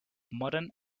modern